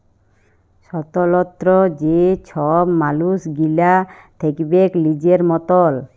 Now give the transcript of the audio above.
স্বতলত্র যে ছব মালুস গিলা থ্যাকবেক লিজের মতল